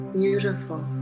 beautiful